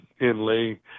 inlay